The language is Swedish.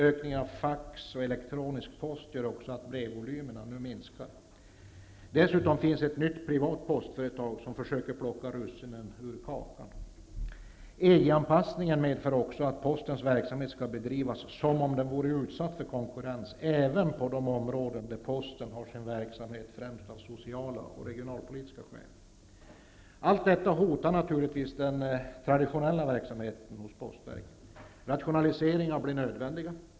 Ökningen av fax och elektronisk post gör också att brevvolymen minskar. Dessutom finns ett nytt privat postföretag som försöker plocka russinen ur kakan. EG-anpassningen medför också att postens verksamhet skall bedrivas som om den vore utsatt för konkurrens även på de områden där posten har sin verksamhet främst av sociala och regionalpolitiska skäl. Allt detta hotar naturligtvis den traditionella verksamheten hos postverket. Rationaliseringar blir nödvändiga.